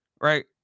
right